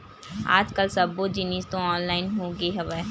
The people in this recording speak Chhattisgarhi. आज कल सब्बो जिनिस तो ऑनलाइन होगे हवय